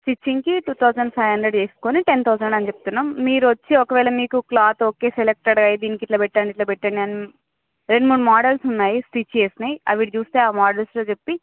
స్టిచింగ్కి two thousand five hundred వేసుకుని ten thousand అని చెప్తున్నాము మీరు వచ్చి ఒకవేళ మీకు క్లాత్ ఓకే సెలెక్టెడ్ అయితే దీనికి ఇలా పెట్టండి ఇలా పెట్టండి అంటే రెండు మూడు మోడల్స్ ఉన్నాయి స్టిచ్ చేసినవి అవి చూస్తే ఆ మోడల్స్లో చెప్పి